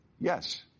yes